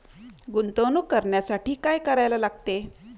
गुंतवणूक करण्यासाठी काय करायला लागते?